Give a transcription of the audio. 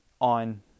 on